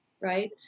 right